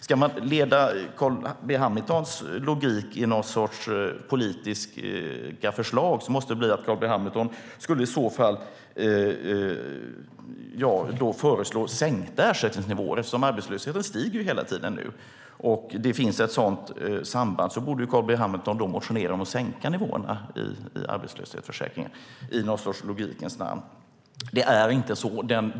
Ska man leda Carl B Hamiltons logik till någon sorts politiska förslag måste det bli att Carl B Hamilton får föreslå sänkta ersättningsnivåer, eftersom arbetslösheten nu stiger hela tiden. Om det finns ett sådant samband borde Carl B Hamilton på något sätt i logikens namn motionera om att sänka nivåerna i arbetslöshetsförsäkringen. Det är inte så.